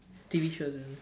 T_V shows ah